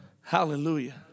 Hallelujah